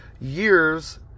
years